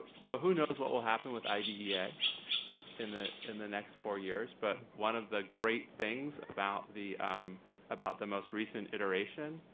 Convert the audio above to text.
so who knows what will happen with idea in the and the next four years, but one of the great things about the about the most recent iteration